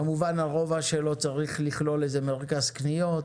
כמובן הרוב שלא צריך לכלול איזה מרכז קניות,